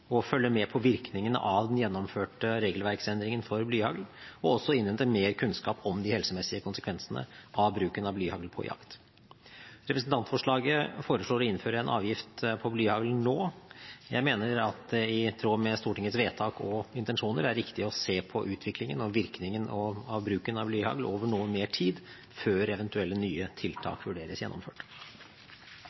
med på virkningene av den gjennomførte regelverksendringen for blyhagl, og også innhenter mer kunnskap om de helsemessige konsekvensene av bruken av blyhagl på jakt. Representantforslaget foreslår å innføre en avgift på blyhagl nå. Jeg mener at det i tråd med Stortingets vedtak og intensjoner er riktig å se på utviklingen og virkningen av bruken av blyhagl over noe mer tid før eventuelle nye tiltak vurderes gjennomført.